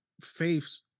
faiths